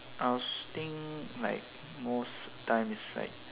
I was think like most time is like